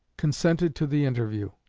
consented to the interview.